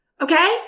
Okay